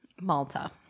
Malta